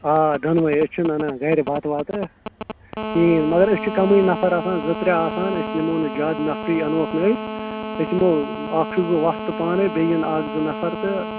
آ دوٚنوَے أسۍ چھِنہٕ اَنان گَرِ بَتہٕ وَتہٕ کِہیٖنۍ مگر أسۍ چھِ کَمٕے نفر آسان زٕ ترٛےٚ آسان أسۍ ںِمو نہٕ جادٕ نفری اَنوکھ نہٕ أسۍ أسۍ یِمو اَکھ چھُس بہٕ وۄستہٕ پانَے بیٚیہِ یِن اَکھ زٕ نفر تہٕ